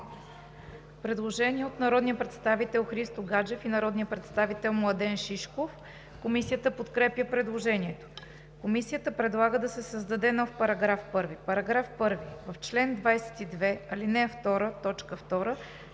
Предложение от народния представител Христо Гаджев и народния представител Младен Шишков. Комисията подкрепя предложението. Комисията предлага да се създаде нов § 1: „§ 1. В чл. 22, ал.